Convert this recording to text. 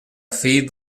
fill